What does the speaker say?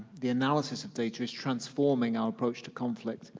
the analysis of data, is transforming our approach to conflict,